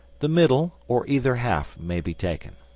the middle or either half may be taken.